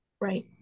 Right